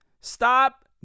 Stop